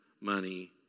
money